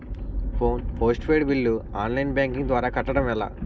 Phone post paid bill online banking ద్వారా కట్టడం ఎలా?